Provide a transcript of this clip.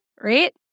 right